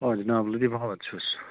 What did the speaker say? آ جِناب لٔطیٖف احمد چھُس